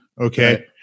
okay